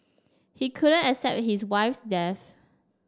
he couldn't accept his wife's death